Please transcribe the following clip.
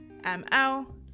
ML